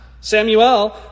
Samuel